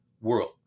world